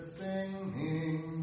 singing